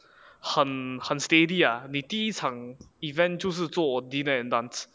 很很 steady ah 你第一场 event 就是做 dinner and dance